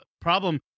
problem